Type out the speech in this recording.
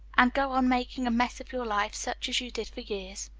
and go on making a mess of your life such as you did for years,